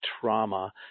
trauma